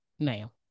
now